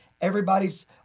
Everybody's